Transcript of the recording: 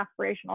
aspirational